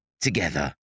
together